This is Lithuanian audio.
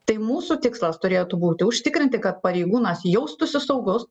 tai mūsų tikslas turėtų būti užtikrinti kad pareigūnas jaustųsi saugus